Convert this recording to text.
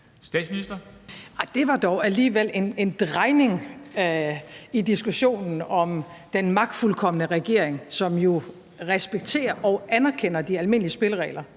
Det var dog alligevel en drejning i diskussionen om den magtfuldkomne regering, som jo respekterer og anerkender de almindelige spilleregler,